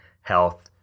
health